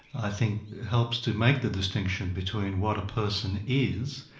i think helps to make the distinction between what a person is,